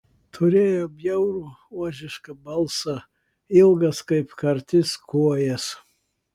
turėjo bjaurų ožišką balsą ilgas kaip kartis kojas